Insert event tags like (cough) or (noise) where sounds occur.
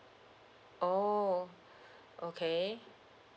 oh (breath) okay